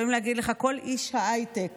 יכול להגיד לך כל איש הייטק